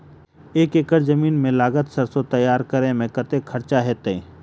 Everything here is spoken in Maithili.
दू एकड़ जमीन मे लागल सैरसो तैयार करै मे कतेक खर्च हेतै?